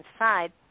inside